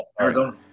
Arizona